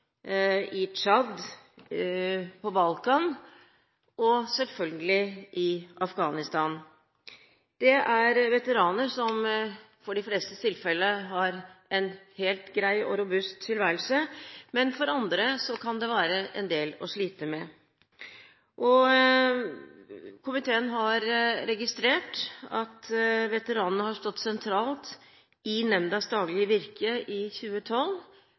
i Tsjad, på Balkan og selvfølgelig i Afghanistan. Det er veteraner som for de flestes tilfelle har en helt grei og robust tilværelse, men for andre kan det være en del å slite med. Komiteen har registrert at veteranene har stått sentralt i nemndas daglige virke i 2012